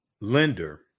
lender